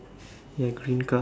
ya green car